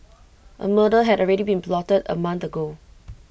A murder had already been plotted A month ago